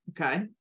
okay